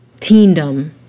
teendom